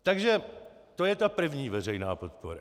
Takže to je ta první veřejná podpora.